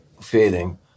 feeling